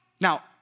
Now